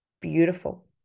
beautiful